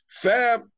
Fab